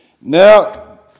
Now